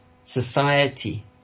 society